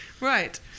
Right